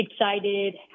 Excited